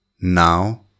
Now